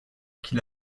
qu’il